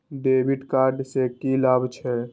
डेविट कार्ड से की लाभ छै?